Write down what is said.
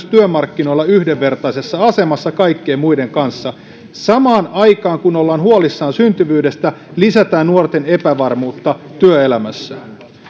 työmarkkinoilla yhdenvertaisessa asemassa kaikkien muiden kanssa samaan aikaan kun ollaan huolissaan syntyvyydestä lisätään nuorten epävarmuutta työelämässä